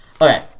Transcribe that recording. Okay